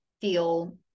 feel